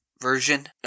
version